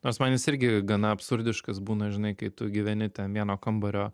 nors man jis irgi gana absurdiškas būna žinai kai tu gyveni ten vieno kambario